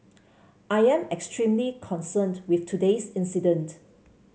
I am extremely concerned with today's incident